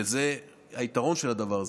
וזה היתרון של הדבר הזה.